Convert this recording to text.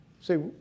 Say